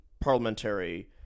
parliamentary